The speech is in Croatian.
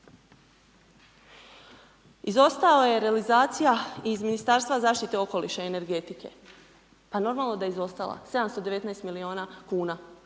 Izostala je realizacija iz Ministarstva zaštite okoliša i energetike. Pa normalno da je izostala, 719 milijuna kuna.